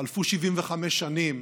חלפו 75 שנים